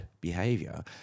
behavior